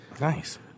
Nice